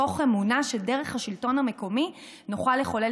מתוך אמונה שדרך השלטון המקומי נוכל לחולל